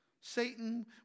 Satan